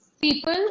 people